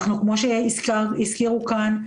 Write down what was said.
כמו שהזכירו כאן,